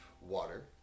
water